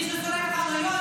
מי ששורף חנויות.